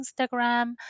Instagram